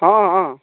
हँ हँ